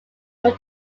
would